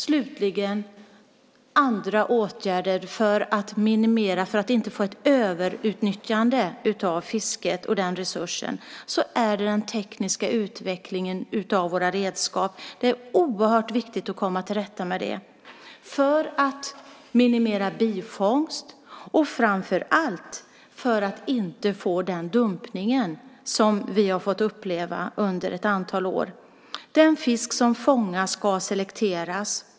Slutligen gäller det andra åtgärder för att inte få ett överutnyttjande av fisket och den resursen. Det handlar om den tekniska utvecklingen av våra redskap. Det är oerhört viktigt att komma till rätta med det här för att minimera bifångst och framför allt för att vi inte ska få den dumpning som vi har fått uppleva under ett antal år. Den fisk som fångas ska selekteras.